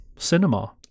cinema